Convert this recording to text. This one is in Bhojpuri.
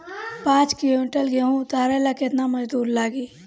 पांच किविंटल गेहूं उतारे ला केतना मजदूर लागी?